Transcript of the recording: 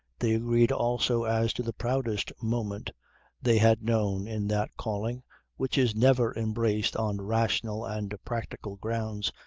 they agreed also as to the proudest moment they had known in that calling which is never embraced on rational and practical grounds,